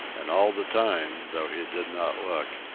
and all the time, though he did not look,